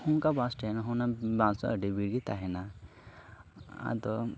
ᱚᱱᱠᱟ ᱵᱟᱥᱴᱮᱱᱰ ᱦᱩᱱᱟᱹᱝ ᱵᱟᱥ ᱟᱹᱰᱤ ᱵᱷᱤᱲ ᱜᱮ ᱛᱟᱦᱮᱱᱟ ᱟᱫᱚ